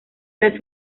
las